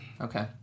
okay